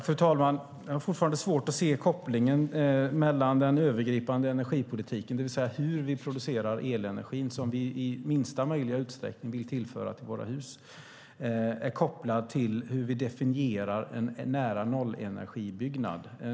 Fru talman! Jag har fortfarande svårt att se hur den övergripande energipolitiken, det vill säga hur vi producerar den elenergi som vi i minsta möjliga utsträckning vill tillföra våra hus, är kopplad till hur vi definierar en nära-nollenergibyggnad.